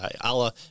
Allah